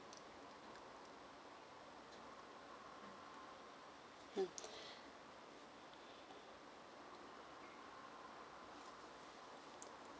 mm